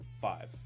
five